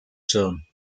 son